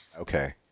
Okay